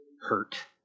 hurt